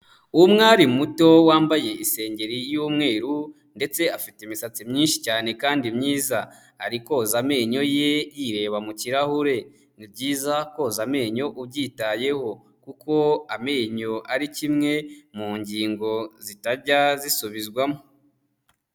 Umwari muto wambaye isengeri y'umweru ndetse afite imisatsi myinshi cyane kandi myiza, ari koza amenyo ye yireba mu kirahure. Ni byiza koza amenyo ubyitayeho kuko amenyo ari kimwe mu ngingo zitajya zisubizwamo.